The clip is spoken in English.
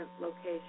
location